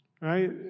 right